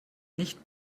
nicht